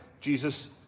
Jesus